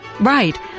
Right